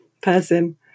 person